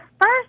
First